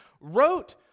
wrote